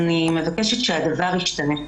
אני מבקשת שהדבר ישתנה.